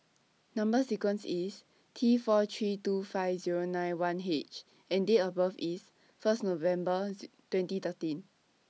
Number sequence IS T four three two five Zero nine one H and Date of birth IS First November twenty thirteen